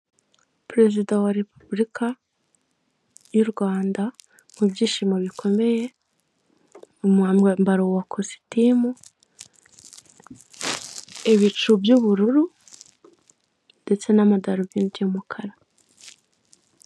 Perezida wa repubulika y'u rwanda mu byishimo bikomeye m'umbaro wa kositimu ibicu by'ubururu ndetse n'amadarubindi y'umukara.